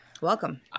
Welcome